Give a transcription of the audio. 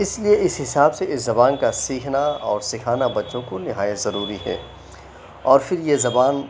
اِس لیے اِس حساب سے اِس زبان کا سیکھنا اور سکھانا بچوں کو نہایت ضروری ہے اور پھر یہ زبان